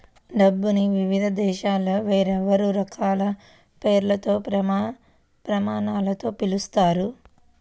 డబ్బుని వివిధ దేశాలలో వేర్వేరు రకాల పేర్లతో, ప్రమాణాలతో పిలుస్తారు